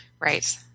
Right